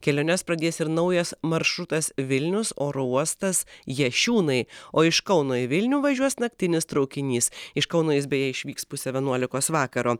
keliones pradės ir naujas maršrutas vilnius oro uostas jašiūnai o iš kauno į vilnių važiuos naktinis traukinys iš kauno jis beje išvyks pusę vienuolikos vakaro